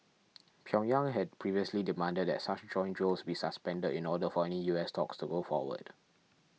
Pyongyang had previously demanded that such joint drills be suspended in order for any U S talks to go forward